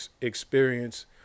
experience